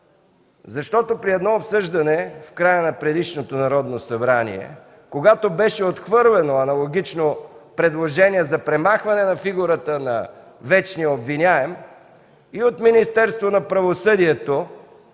защото при едно обсъждане в края на предишното Народно събрание, когато беше отхвърлено аналогично предложение за премахване на фигурата на „вечния обвиняем” и от Министерството на правосъдието,